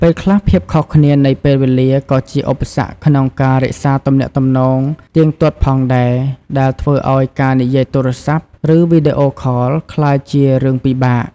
ពេលខ្លះ ភាពខុសគ្នានៃពេលវេលា ក៏ជាឧបសគ្គក្នុងការរក្សាទំនាក់ទំនងទៀងទាត់ផងដែរ ដែលធ្វើឱ្យការនិយាយទូរស័ព្ទ ឬវីដេអូខលក្លាយជារឿងពិបាក។